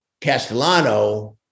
Castellano